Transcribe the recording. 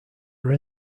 are